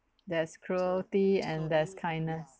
there's cruelty and there's kindness